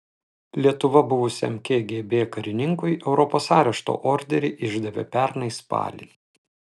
lietuva buvusiam kgb karininkui europos arešto orderį išdavė pernai spalį